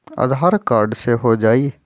आधार card से हो जाइ?